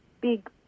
big